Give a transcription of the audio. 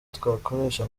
twakoresha